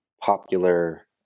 popular